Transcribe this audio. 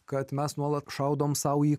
kad mes nuolat šaudome sau į